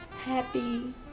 Happy